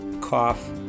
cough